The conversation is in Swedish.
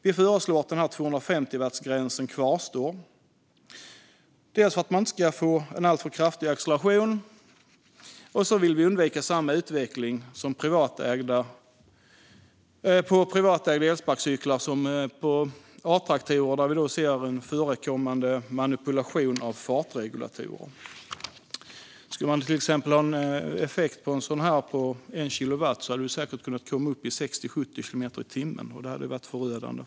Vi föreslår att gränsen på 250 watt ska kvarstå, dels för att man inte ska få en alltför kraftig acceleration, dels för att undvika samma utveckling för privatägda elsparkcyklar som för A-traktorer, där vi ser att det förekommer manipulation av fartregulatorer. Skulle man till exempel ha en effekt om 1 kilowatt på en sådan skulle man säkert kunna komma upp i 60-70 kilometer i timmen, vilket vore förödande.